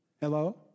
Hello